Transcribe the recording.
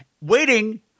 waiting